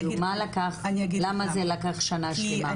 למה זה לקח שנה שלמה?